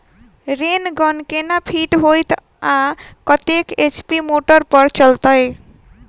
Rain gun केना fit हेतइ आ कतेक एच.पी मोटर पर चलतै?